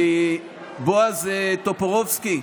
בועז טופורובסקי,